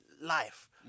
life